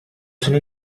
sono